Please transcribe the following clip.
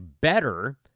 better